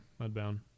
Mudbound